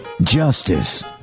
justice